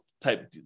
type